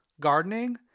gardening